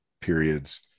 periods